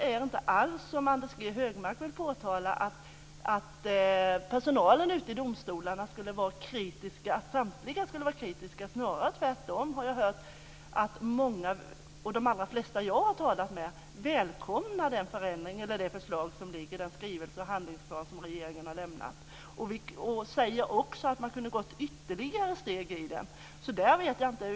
Det är inte alls som Anders G Högmark vill påtala, att samtliga i personalen ute i domstolarna skulle vara kritiska, snarare tvärtom. Jag har hört att många, de allra flesta jag har talat med, välkomnar det förslag, den skrivelse och den handlingsplan som regeringen har lämnat. De säger också att man hade kunnat ta ytterligare steg.